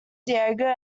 diego